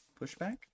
pushback